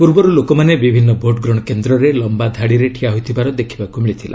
ପୂର୍ବରୁ ଲୋକମାନେ ବିଭିନ୍ନ ଭୋଟଗ୍ରହଣ କେନ୍ଦ୍ରରେ ଲମ୍ବା ଧାଡ଼ିରେ ଠିଆ ହୋଇଥିବାର ଦେଖିବାକୁ ମିଳିଥିଲା